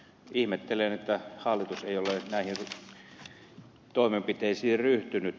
ihmettelen että hallitus ei ole näihin toimenpiteisiin ryhtynyt